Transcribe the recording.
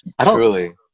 truly